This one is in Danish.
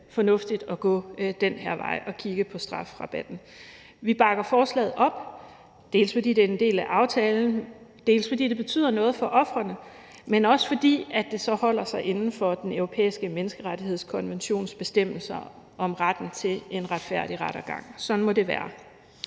fornuftigt at gå den her vej og kigge på strafrabatten. Vi bakker forslaget op, dels fordi det er en del af aftalen, dels fordi det betyder noget for ofrene, men også fordi det så holder sig inden for Den Europæiske Menneskerettighedskonventions bestemmelser om retten til en retfærdig rettergang. Sådan må det være.